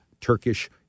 Turkish